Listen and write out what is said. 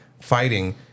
Fighting